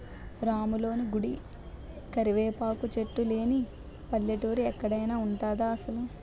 రాములోని గుడి, కరివేపాకు సెట్టు లేని పల్లెటూరు ఎక్కడైన ఉంటదా అసలు?